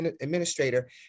administrator